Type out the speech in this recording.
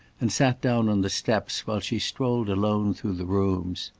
and sat down on the steps while she strolled alone through the rooms.